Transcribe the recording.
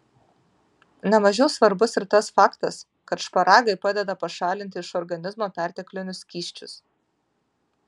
ne mažiau svarbus ir tas faktas kad šparagai padeda pašalinti iš organizmo perteklinius skysčius